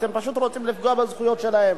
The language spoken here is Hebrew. אתם פשוט רוצים לפגוע בזכויות שלהם.